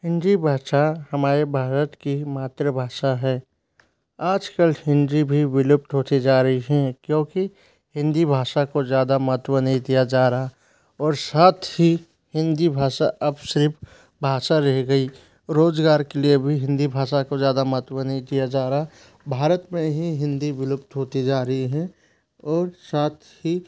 हिंदी भाषा हमारे भारत की मातृभाषा है आजकल हिंदी भी विलुप्त होती जा रही है क्योंकि हिंदी भाषा को ज़्यादा महत्व नहीं दिया जा रहा और साथ ही हिंदी भाषा आप सिर्फ भाषा रह गई रोजगार के लिए भी हिंदी भाषा को ज़्यादा महत्व नहीं दिया जा रहा है भारत में ही हिंदी विलुप्त होती जा रही है और साथ ही